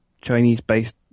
Chinese-based